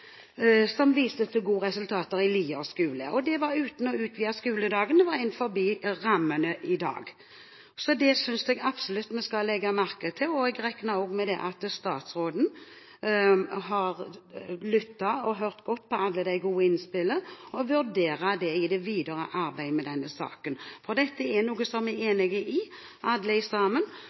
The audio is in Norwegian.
som viste til gode resultater ved Sylling skole i Lier. Det var uten å utvide skoledagen; det var innenfor rammene i dag. Så det synes jeg absolutt vi skal legge merke til. Jeg regner også med at statsråden har lyttet til og hørt godt på alle de gode innspillene, og vurderer det i det videre arbeidet med denne saken. Dette er noe som vi alle sammen er enig i.